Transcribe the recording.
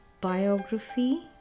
biography